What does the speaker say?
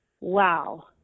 Wow